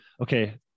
okay